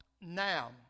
Now